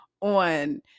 on